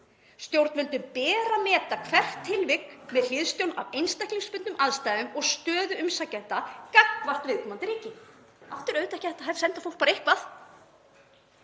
Stjórnvöldum ber að meta hvert tilvik með hliðsjón af einstaklingsbundnum aðstæðum og stöðu umsækjenda gagnvart viðkomandi ríki. Aftur: Auðvitað er ekki hægt að senda fólk bara eitthvert.